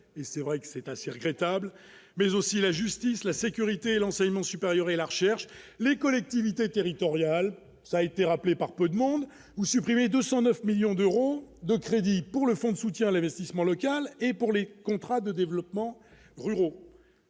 et c'est vrai que c'est assez regrettable mais aussi la justice, la sécurité et l'enseignement supérieur et la recherche, les collectivités territoriales, ça a été rappelé par peu de monde ou supprimer 209 millions d'euros de crédits pour le fonds de soutien à l'investissement local et pour les contrats de développement ruraux,